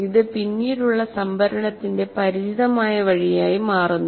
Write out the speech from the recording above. ഇത് പിന്നീടുള്ള സംഭരണത്തിന്റെ പരിചിതമായ വഴിയായി മാറുന്നു